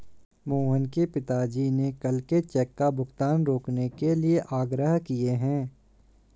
मोहन के पिताजी ने कल के चेक का भुगतान रोकने का आग्रह किए हैं